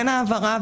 אין העברה,